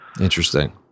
Interesting